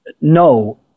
No